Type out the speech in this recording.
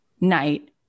night